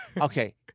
Okay